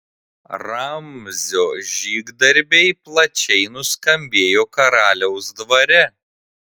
ramzio žygdarbiai plačiai nuskambėjo karaliaus dvare